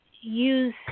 use